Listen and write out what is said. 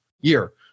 year